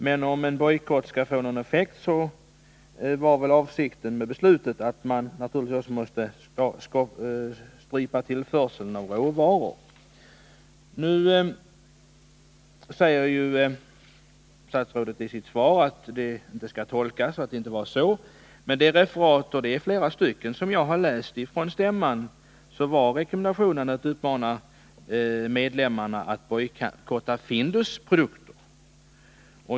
Men om en bojkott skall få någon effekt måste man strypa tillförseln av råvaror, och det var väl avsikten med beslutet. Nu säger statsrådet i sitt svar att beslutet inte skall tolkas så. Men enligt de referat från stämman jag läst — det är flera stycken — så var rekommendationen att uppmana medlemmarna att bojkotta Findus produkter.